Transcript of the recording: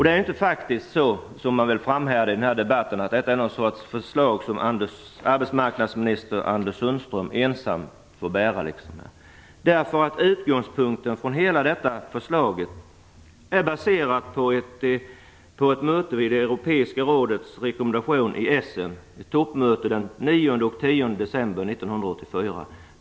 Det är inte så som man i denna debatt vill framhärda i, att detta är ett förslag som arbetsmarknadsminister Anders Sundström ensam får bära. Utgångspunkten för hela detta förslag baseras på en rekommendation från det europeiska rådets toppmöte i Essen den 9 och 10 december 1994.